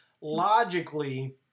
logically